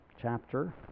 chapter